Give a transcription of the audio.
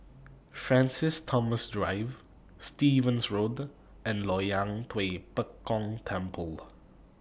Francis Thomas Drive Stevens Road and Loyang Tua Pek Kong Temple